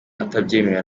atabyemerewe